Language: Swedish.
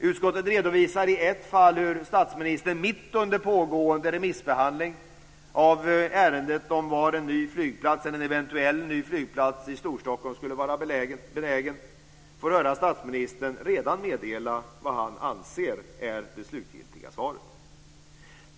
Utskottet redovisar i ett fall hur statsministern, mitt under pågående remissbehandling av ärendet om var en eventuell ny flygplats i Storstockholm skulle vara belägen, redan meddelar vad han anser är det slutgiltiga svaret.